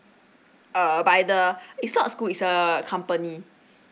err by the it's not school is a company